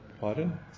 pardon